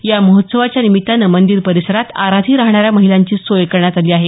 या महोत्सवाच्या निमित्ताने मंदिर परिसरात आराधी राहणाऱ्या महिलांची सोय करण्यात आली आहे